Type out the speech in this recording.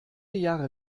jahre